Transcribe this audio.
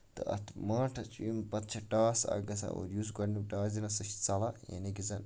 تہٕ اَتھ ماٹھس چھِ یِم پَتہٕ چھُ ٹاس اکھ گژھان اور یُس گۄڈٕنیُک ٹاس دِنہ سُہ چھُ ژَلان یعنے کہِ زَن